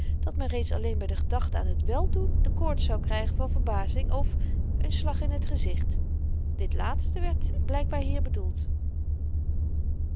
dat men reeds alleen by de gedachte aan t wèl doen de koorts zou krygen van verbazing of n slag in t gezicht dit laatste werd blykbaar hier bedoeld